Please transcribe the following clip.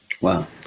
Wow